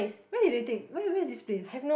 where did you take where where is this place